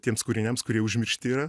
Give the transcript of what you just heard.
tiems kūriniams kurie užmiršti yra